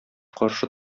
каршы